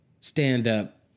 stand-up